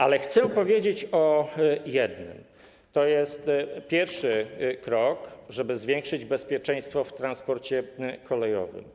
Ale chcę powiedzieć jedno: to jest pierwszy krok, żeby zwiększyć bezpieczeństwo w transporcie kolejowym.